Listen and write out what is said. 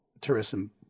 tourism